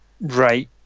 Right